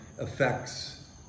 effects